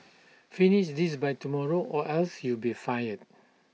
finish this by tomorrow or else you'll be fired